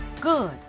Good